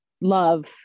love